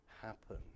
Happen